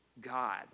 God